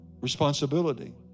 responsibility